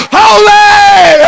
holy